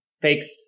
fix